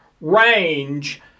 range